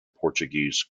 portuguese